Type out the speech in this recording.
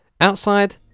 outside